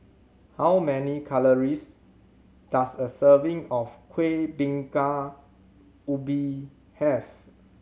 how many calories does a serving of Kueh Bingka Ubi have